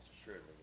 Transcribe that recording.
assuredly